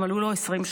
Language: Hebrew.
מי שמלאו לו 20 שנים,